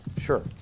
sure